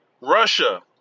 Russia